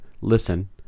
listen